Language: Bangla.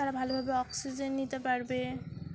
তারা ভালোভাবে অক্সিজেন নিতে পারবে